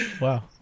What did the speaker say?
Wow